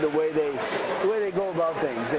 the way they go about things